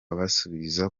abasubiza